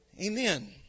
Amen